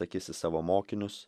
akis į savo mokinius